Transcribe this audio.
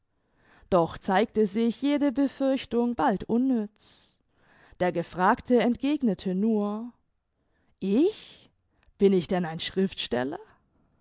doch zeigte sich jede befürchtung bald unnütz der gefragte entgegnete nur ich bin ich denn ein schriftsteller